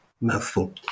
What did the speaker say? mouthful